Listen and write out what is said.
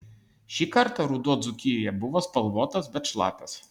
šį kartą ruduo dzūkijoje buvo spalvotas bet šlapias